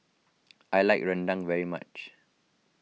I like Rendang very much